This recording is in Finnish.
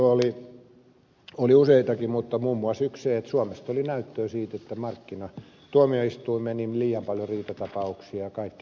perusteluja oli useitakin mutta muun muassa yksi oli se että suomessa oli näyttöä siitä että markkinatuomioistuimeen meni liian paljon riitatapauksia ja kaikki pysähtyi siihen